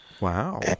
Wow